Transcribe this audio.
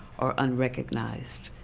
or unrecognized.